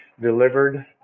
delivered